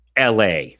LA